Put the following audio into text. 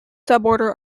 suborder